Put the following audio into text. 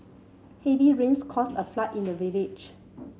heavy rains caused a flood in the village